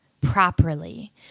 properly